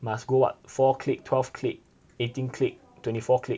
must go what four click twelve click eighteen click twenty four click